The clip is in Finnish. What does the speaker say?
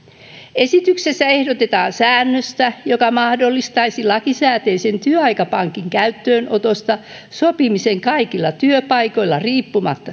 esityksessä ehdotetaan säännöstä joka mahdollistaisi lakisääteisen työaikapankin käyttöönotosta sopimisen kaikilla työpaikoilla riippumatta